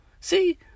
See